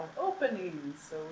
openings